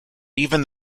even